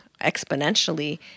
exponentially